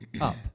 up